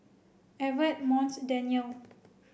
Evertt Monts Danyel